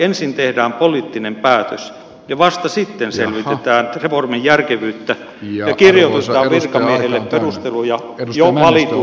ensin tehdään poliittinen päätös ja vasta sitten selvitetään reformin järkevyyttä ja kirjoitutetaan virkamiehillä perusteluja jo valituille linjauksille